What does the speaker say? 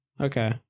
Okay